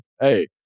hey